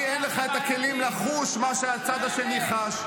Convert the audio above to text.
לצערי, אין לך את הכלים לחוש מה שהצד השני חש.